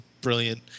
brilliant